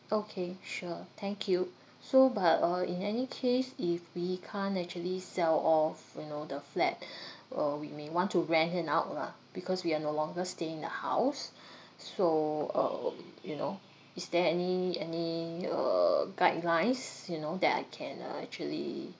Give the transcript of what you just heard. okay sure thank you so but uh in any case if we can't actually sell off you know the flat uh we may want to rent it out lah because we are no longer staying in the house so um you know is there any any uh guidelines you know that I can uh actually